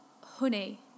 Honey